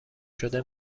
شده